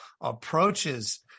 approaches